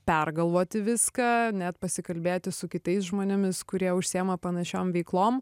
pergalvoti viską net pasikalbėti su kitais žmonėmis kurie užsiema panašiom veiklom